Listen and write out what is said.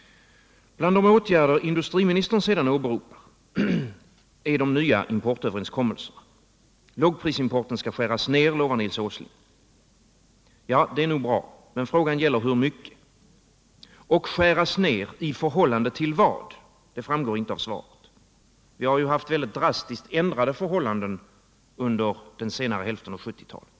Bland de åtgärder industriministern sedan åberopar är de nya importöverenskommelserna. Lågprisimporten skall skäras ner, lovar Nils Åsling. Ja, det är nog bra, men frågan gäller hur mycket. Skäras ner i förhållande till vad? Det framgår inte av svaret. Vi har fått mycket drastiskt ändrade förhållanden under 1970-talet.